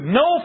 no